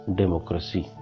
democracy